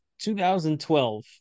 2012